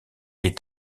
est